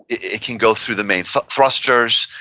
it can go through the main thrusters.